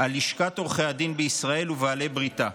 על לשכת עורכי הדין בישראל ובעלי בריתה".